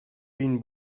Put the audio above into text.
been